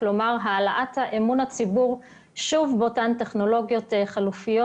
כלומר העלאת אמון הציבור באותן טכנולוגיות חלופיות.